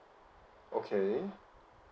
okay